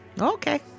Okay